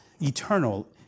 eternal